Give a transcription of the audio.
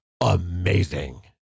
amazing